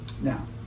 Now